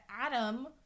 Adam